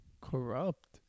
corrupt